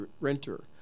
renter